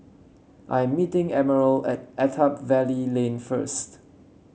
I am meeting Emerald at Attap Valley Lane first